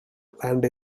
land